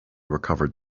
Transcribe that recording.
recovered